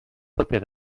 paper